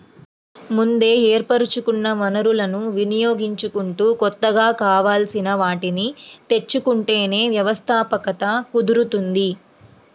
ముందే ఏర్పరచుకున్న వనరులను వినియోగించుకుంటూ కొత్తగా కావాల్సిన వాటిని తెచ్చుకుంటేనే వ్యవస్థాపకత కుదురుతుంది